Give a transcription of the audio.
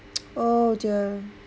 oh dear